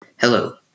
Hello